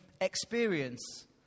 experience